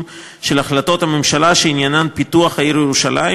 של החלטות הממשלה שעניינן פיתוח העיר ירושלים,